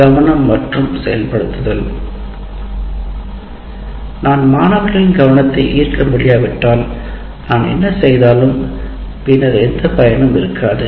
கவனம் மற்றும் செயல்படுத்தல் நான் மாணவர்களின் கவனத்தை ஈர்க்க முடியாவிட்டால் நான் என்ன செய்தாலும் பின்னர் எந்த பயனும் இருக்காது